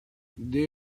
dei